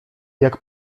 jak